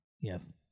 Yes